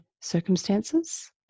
circumstances